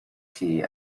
key